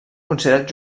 considerat